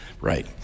Right